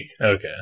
Okay